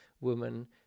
woman